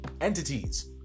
entities